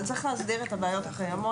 אבל צריך להסדיר את הבעיות הקיימות,